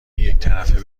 یکطرفه